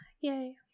Yay